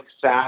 SaaS